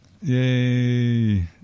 Yay